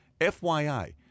FYI